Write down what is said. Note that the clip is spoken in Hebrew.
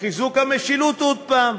לחיזוק המשילות עוד פעם.